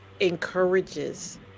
encourages